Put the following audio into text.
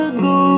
go